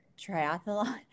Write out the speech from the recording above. triathlon